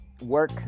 work